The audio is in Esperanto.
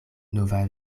nova